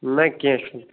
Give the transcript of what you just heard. نہ کیٚنٛہہ چھُنہٕ